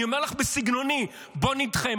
אני אומר לך בסגנוני, בואי נדחה.